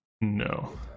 no